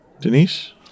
Denise